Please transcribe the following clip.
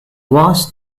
was